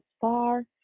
far